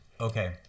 Okay